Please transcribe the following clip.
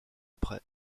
après